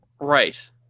Right